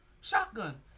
Shotgun